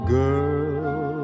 girl